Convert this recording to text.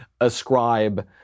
ascribe